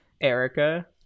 Erica